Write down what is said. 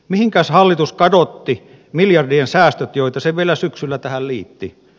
mihinkäs hallitus kadotti miljardien säästöt joita se vielä syksyllä tähän liitti